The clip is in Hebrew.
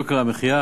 על יוקר המחיה,